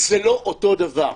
זה לא אותו דבר.